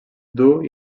dur